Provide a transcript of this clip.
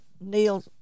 Neil